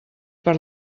per